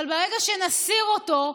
אבל ברגע שנסיר אותו,